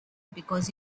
because